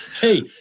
hey